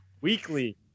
weekly